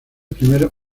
primer